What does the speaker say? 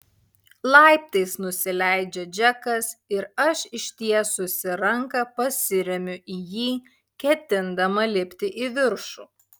laiptais nusileidžia džekas ir aš ištiesusi ranką pasiremiu į jį ketindama lipti į viršų